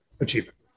achievement